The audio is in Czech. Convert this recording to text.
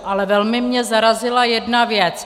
Ale velmi mě zarazila jedna věc.